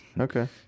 Okay